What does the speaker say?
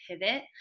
pivot